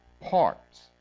parts